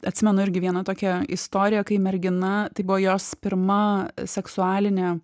atsimenu irgi vieną tokią istoriją kai mergina tai buvo jos pirma seksualinė